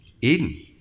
Eden